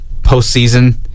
postseason